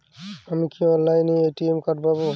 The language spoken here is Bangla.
আমি কি অনলাইনে এ.টি.এম কার্ড পাব?